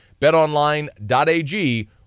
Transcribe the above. BetOnline.ag